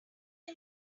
one